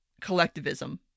collectivism